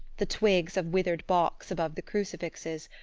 the twigs of withered box above the crucifixes,